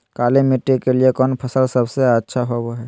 काली मिट्टी के लिए कौन फसल सब से अच्छा होबो हाय?